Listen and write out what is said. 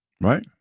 right